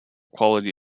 quality